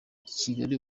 kigali